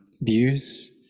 views